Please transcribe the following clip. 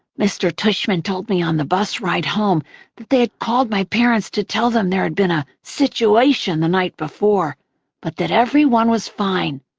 mr. tushman told me on the bus ride home that they had called my parents to tell them there had been a situation the night before but that everyone was fine.